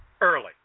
early